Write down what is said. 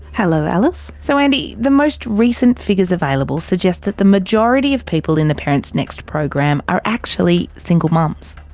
hello alice. so andy, the most recent figures available suggest that the majority of people in the parentsnext program are actually single mums.